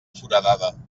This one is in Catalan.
foradada